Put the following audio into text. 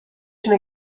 اینه